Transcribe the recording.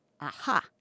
aha